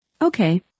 Okay